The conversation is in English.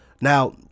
Now